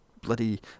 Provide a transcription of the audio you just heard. bloody